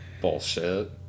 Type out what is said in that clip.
Bullshit